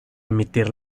emitir